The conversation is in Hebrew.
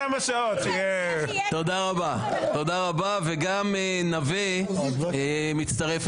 גם נווה מצטרף,